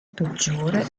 peggiore